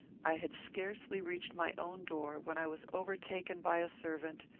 i had scarcely reached my own door, when i was overtaken by a servant,